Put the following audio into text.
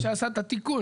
מי שעשה את התיקון.